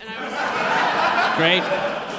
Great